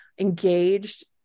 engaged